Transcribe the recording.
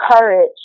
courage